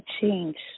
change